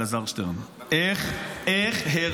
אלעזר שטרן: איך הרצי,